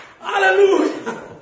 Hallelujah